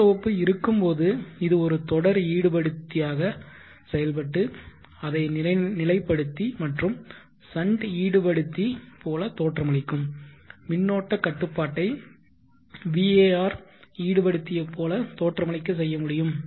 மின் தொகுப்பு இருக்கும்போது இது ஒரு தொடர் ஈடுபடுத்திய போல செயல்பட்டு அதை நிலைப்படுத்தி மற்றும் ஷன்ட் ஈடுபடுத்திய போல தோற்றமளிக்கும் மின்னோட்ட கட்டுப்பாட்டை VAR ஈடுபடுத்திய போல தோற்றமளிக்க செய்ய முடியும்